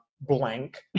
blank